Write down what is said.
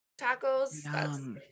tacos